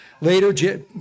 Later